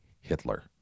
Hitler